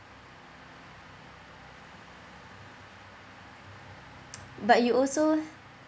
but you also